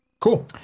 Cool